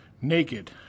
naked